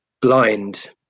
blind